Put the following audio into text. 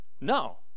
No